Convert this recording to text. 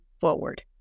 forward